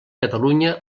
catalunya